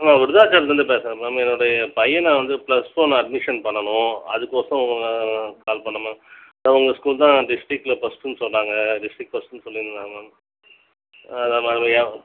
நான் விருதாச்சலத்திலேருந்து பேசுகிறேன் மேம் என்னுடைய பையனை வந்து ப்ளஸ் ஒன் அட்மிஷன் பண்ணணும் அதுக்கொசரம் உங்களை நான் கால் பண்ணேன் மேம் அதான் உங்கள் ஸ்கூல் தான் டிஸ்ட்ரிக்ட்டில் ஃபஸ்ட்டுன்னு சொன்னாங்க டிஸ்ட்ரிக்ட் ஃபஸ்ட்டுன்னு சொல்லியிருந்தாங்க மேம் அதான் மேம் என்